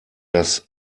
das